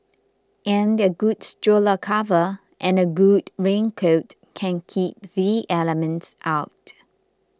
and a good stroller cover and good raincoat can keep the elements out